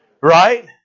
right